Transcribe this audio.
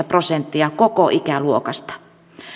prosenttia koko ikäluokasta